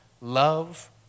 love